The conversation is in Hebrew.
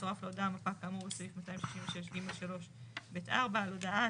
תצורף להודעה מפה כאמור בסעיף 266ג3(ב)(4); על הודעה,